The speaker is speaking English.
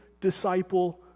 disciple